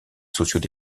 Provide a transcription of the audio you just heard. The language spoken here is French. sociaux